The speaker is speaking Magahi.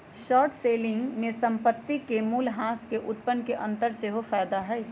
शॉर्ट सेलिंग में संपत्ति के मूल्यह्रास से उत्पन्न में अंतर सेहेय फयदा होइ छइ